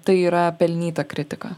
tai yra pelnyta kritika